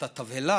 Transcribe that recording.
את התבהלה.